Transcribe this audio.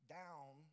down